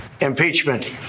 impeachment